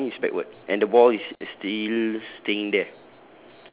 ya mine is backward and the ball is is still staying there